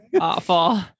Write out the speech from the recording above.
awful